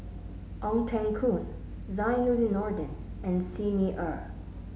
Ong Teng Koon Zainudin Nordin and Xi Ni Er